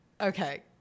Okay